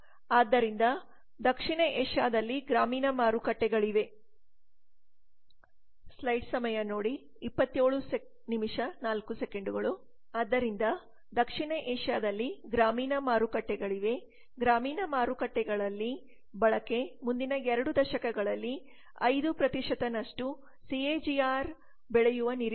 ಆದ್ದರಿಂದ ದಕ್ಷಿಣ ಏಷ್ಯಾದಲ್ಲಿ ಗ್ರಾಮೀಣ ಮಾರುಕಟ್ಟೆಗಳಿವೆ ಗ್ರಾಮೀಣ ಮಾರುಕಟ್ಟೆಗಳಲ್ಲಿ ಬಳಕೆ ಮುಂದಿನ 2 ದಶಕಗಳಲ್ಲಿ 5 ನಷ್ಟು ಸಿಎಜಿಆರ್ನಲ್ಲಿ ಬೆಳೆಯುವ ನಿರೀಕ್ಷೆಯಿದೆ